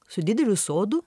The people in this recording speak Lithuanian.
su dideliu sodu